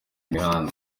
imihanda